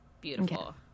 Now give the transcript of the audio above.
beautiful